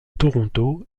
toronto